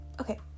okay